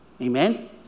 Amen